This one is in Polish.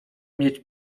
mieć